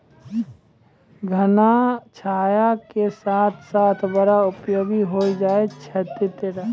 घना छाया के साथ साथ बड़ा उपयोगी होय छै तेतर